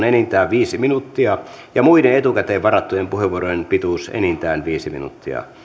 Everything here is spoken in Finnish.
enintään viisi minuuttia ja muiden etukäteen varattujen puheenvuorojen pituus enintään viisi minuuttia